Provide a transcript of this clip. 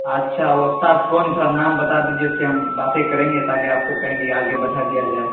اچھا وہ استاد کون ہے تھوڑا نام بتا دیجیے اس سے ہم باتیں کریں گے تاکہ آپ کو کہیں کہ آگے بٹھا دیا جائے